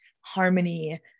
harmony